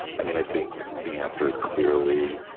i mean i think the answer is clearly